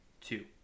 two